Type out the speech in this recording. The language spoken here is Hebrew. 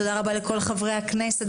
תודה רבה לכל חברי הכנסת,